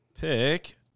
Pick